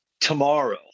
tomorrow